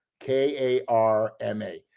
K-A-R-M-A